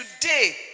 today